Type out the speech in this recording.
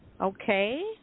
Okay